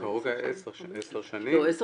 לא, קרוב לעשר שנים.